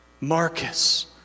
Marcus